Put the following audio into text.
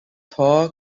thaw